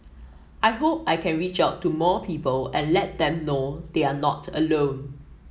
I hope I can reach out to more people and let them know they're not alone